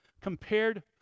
compared